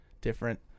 different